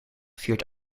viert